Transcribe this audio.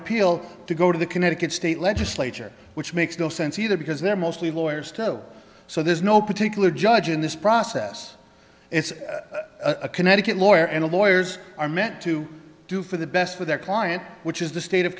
appeal to go to the connecticut state legislature which makes no sense either because they're mostly lawyers still so there's no particular judge in this process it's a connecticut lawyer and lawyers are meant to do for the best for their client which is the state of